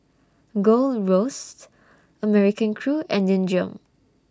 Gold Roast American Crew and Nin Jiom